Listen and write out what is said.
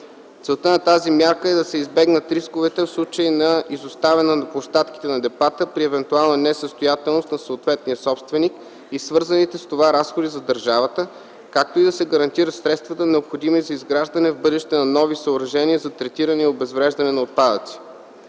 Целта на тази мярка е да се избегнат рисковете в случай на изоставяне на площадките на депата при евентуална несъстоятелност на съответния собственик и свързаните с това разходи за държавата, както и да се гарантират средствата, необходими за изграждане в бъдеще на нови съоръжения за третиране и обезвреждане на отпадъци;